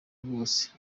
rwose